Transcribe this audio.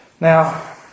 Now